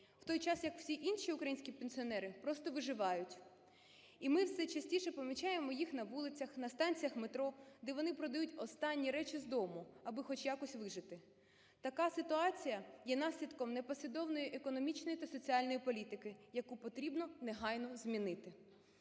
в той час як всі інші українські пенсіонери просто виживають. І ми все частіше помічаємо їх на вулицях, на станціях метро, де вони продають останні речі з дому, аби хоч якось вижити. Така ситуація є наслідком непослідовної економічної та соціальної політики, яку потрібно негайно змінити.